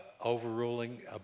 overruling